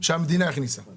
שקיבלה המדינה מהעסקאות האלה.